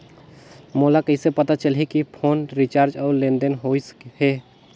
मोला कइसे पता चलही की फोन रिचार्ज और लेनदेन होइस हे?